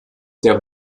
der